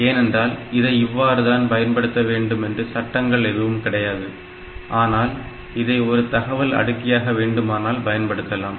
ஏனென்றால் இதை இவ்வாறுதான் பயன்படுத்த வேண்டும் என்று சட்டங்கள் எதுவும் கிடையாது ஆனால் இதை ஒரு தகவல் அடுக்கியாக வேண்டுமானால் பயன்படுத்தலாம்